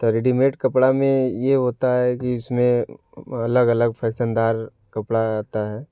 तो रेडीमेड कपड़ा में यह होता है कि उसमें अलग अलग फैसनदार कपड़ा आता है